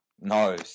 No